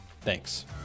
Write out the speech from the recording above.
Thanks